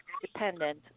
dependent